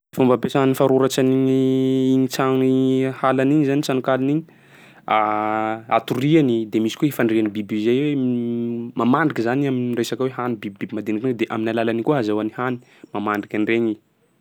Fomba ampiasan'ny faroratsy an'igny igny tragnon'ny halan'igny zany, tranonkalan'igny: atoriany; de misy koa ifandrihany biby zay hoe, mamandriky zany am'resaka hoe hany bibibiby madiniky regny de amin'ny alalan'igny koa azahoany hany, mamandriky an'iregny.